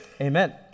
Amen